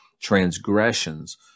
transgressions